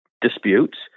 disputes